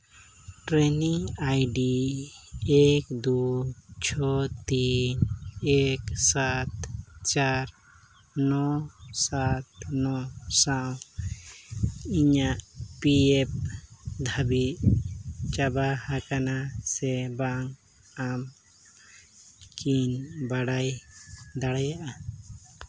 training ID ᱮᱹᱠ ᱫᱩ ᱪᱷᱚ ᱛᱤᱱ ᱮᱹᱠ ᱥᱟᱛ ᱪᱟᱨ ᱱᱚ ᱥᱟᱛ ᱱᱚ ᱥᱟᱶ ᱤᱧᱟᱹᱜ ᱯᱤ ᱮᱯᱷ ᱫᱷᱟᱹᱵᱤᱡ ᱪᱟᱵᱟ ᱟᱠᱟᱱᱟ ᱥᱮ ᱵᱟᱝ ᱟᱨ ᱠᱤᱧ ᱵᱟᱰᱟᱭ ᱫᱟᱲᱮᱭᱟᱜᱼᱟ